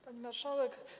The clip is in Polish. Pani Marszałek!